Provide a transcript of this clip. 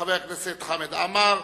חבר הכנסת חמד עמאר,